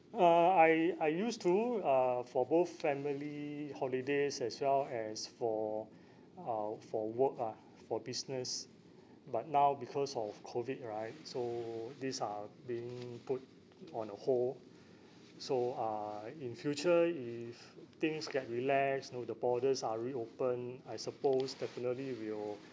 uh I I used to uh for both family holidays as well as for uh for work ah for business but now because of COVID right so these are being put on hold so uh in future if things get relaxed you know the borders are reopened I suppose definitely we'll